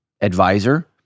advisor